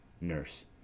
NURSE